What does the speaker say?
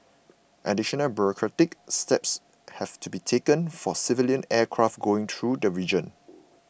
additional bureaucratic steps have to be taken for civilian aircraft going through the region